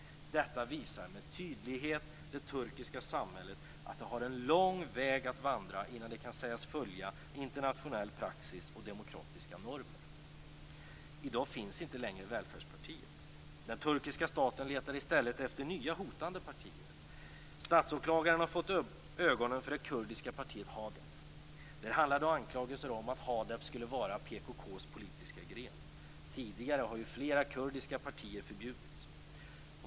Detta visar med tydlighet att det turkiska samhället har en lång väg att vandra innan det kan sägas följa internationell praxis och demokratiska normer. I dag finns inte längre Välfärdspartiet. Den turkiska staten letar i stället efter nya hotande partier. Statsåklagaren har fått upp ögonen för det kurdiska partiet HADEP. Där handlar det om anklagelser om att HADEP skulle vara PKK:s politiska gren. Tidigare har flera kurdiska partier förbjudits.